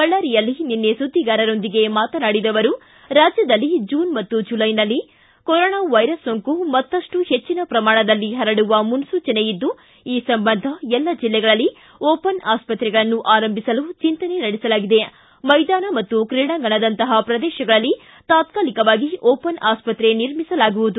ಬಳ್ಳಾರಿಯಲ್ಲಿ ನಿನ್ನೆ ಸುದ್ವಿಗಾರರೊಂದಿಗೆ ಮಾತನಾಡಿದ ಅವರು ರಾಜ್ಯದಲ್ಲಿ ಜೂನ್ ಮತ್ತು ಜುಲೈನಲ್ಲಿ ಕೊರೊನಾ ವೈರಸ್ ಸೋಂಕು ಮತ್ತಷ್ಟು ಹೆಚ್ಚಿನ ಪ್ರಮಾಣದಲ್ಲಿ ಹರಡುವ ಮುನ್ಲೂಚನೆ ಇದ್ದು ಈ ಸಂಬಂಧ ಎಲ್ಲ ಜಿಲ್ಲೆಗಳಲ್ಲಿ ಒಪನ್ ಆಸ್ಪತ್ರೆಗಳನ್ನು ಆರಂಭಿಸಲು ಚೆಂತನೆ ನಡೆಸಲಾಗಿದೆ ಮೈದಾನ ಕ್ರೀಡಾಂಗಣದಂತಹ ಪ್ರದೇಶಗಳಲ್ಲಿ ತಾತ್ನಾಲಿಕವಾಗಿ ಓಪನ್ ಆಸ್ಪತ್ರೆ ನಿರ್ಮಿಸಲಾಗುವುದು